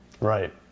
Right